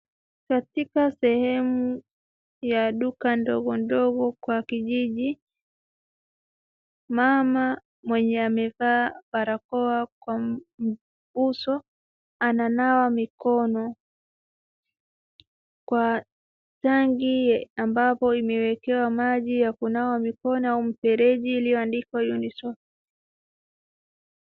Katika sehemu ya duka ndogondogo kwa kijiji, mama mwenye amevaa barakoa kwa uso ananawa mikono kwa tangi ambapo imewekwa maji ya kunawa mikono au mfereji iliyoandikwa UNICEF .